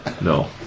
No